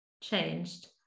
changed